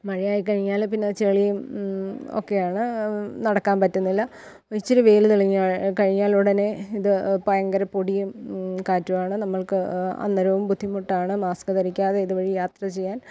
മഴയായിക്കഴിഞ്ഞാൽ പിന്നത് ചെളിയും ഒക്കെയാണ് നടക്കാൻ പറ്റുന്നില്ല ഇച്ചിരി വെയിൽ തെളിഞ്ഞു കഴിഞ്ഞാലുടനെ ഇതു ഭയങ്കര പൊടിയും കാറ്റുമാണ് നമ്മൾക്ക് അന്നേരവും ബുദ്ധിമുട്ടാണ് മാസ്ക് ധരിക്കാതെ ഇതുവഴി യാത്ര ചെയ്യാൻ